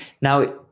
Now